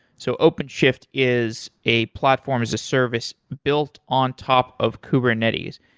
so openshift is a platform as a service built on top of kubernetes.